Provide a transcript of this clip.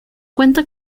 cuenta